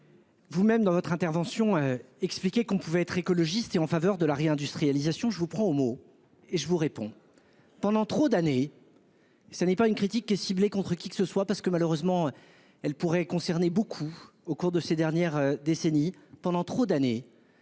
Vous-même dans votre intervention. Expliquait qu'on pouvait être écologiste et en faveur de la réindustrialisation. Je vous prends au mot et je vous réponds. Pendant trop d'années. Ce n'est pas une critique et ciblées contre qui que ce soit parce que malheureusement elle pourrait concerner beaucoup au cours de ces dernières décennies pendant trop d'années,